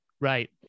Right